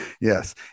Yes